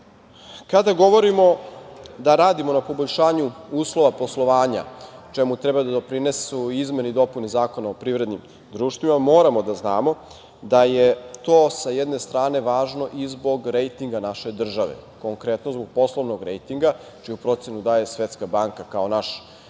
govorimo da radimo na poboljšanju uslova poslovanja, čemu treba da doprinesu izmene i dopune Zakona o privrednim društvima, moramo da znamo da je to sa jedne strane važno i zbog rejtinga naše države, konkretno zbog poslovnog rejtinga, čiju procenu daje Svetska banka, kao naš